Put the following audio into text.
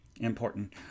important